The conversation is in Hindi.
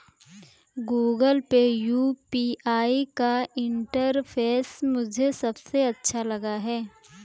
गूगल पे यू.पी.आई का इंटरफेस मुझे सबसे अच्छा लगता है